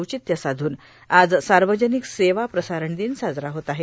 औचित्य साधुन आज सार्वजनिक सेवा प्रसारण दिन साजरा होत आहे